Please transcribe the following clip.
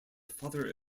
father